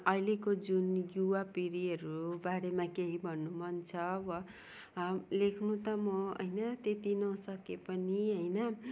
अहिलेको जुन युवा पिँढीहरू बारेमा केही भन्नु मन छ अब लेख्नु त म होइन त्यति नसके पनि होइन